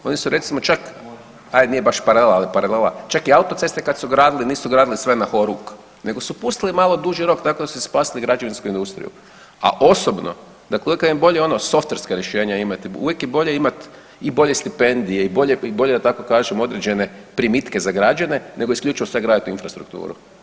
Oni su recimo čak, ajd nije baš paralela, ali je paralela, čak i autoceste kad su gradili, nisu gradili sve na ho-ruk, nego su pustili malo duži rok tako da su spasili građevinsku industriju, a osobno, dakle uvijek vam je bolje ono softverska rješenja imati, uvijek je bolje imati i bolje stipendije i bolje, da tako kažem, određene primitke za građane, nego isključivo sagraditi infrastrukturu.